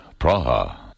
Praha